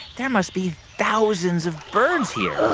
there must be thousands of birds here well,